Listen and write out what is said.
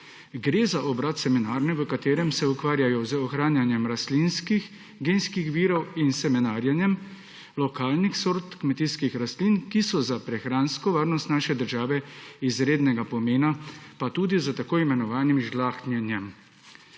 Gre za obrat Semenarne, v katerem se ukvarjajo z ohranjanjem rastlinskih genskih virov in semenarjenjem lokalnih sort kmetijskih rastlin, ki so za prehransko varnost naše države izrednega pomena, pa tudi s tako imenovanim žlahtnjenjem.